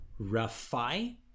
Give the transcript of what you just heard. rafai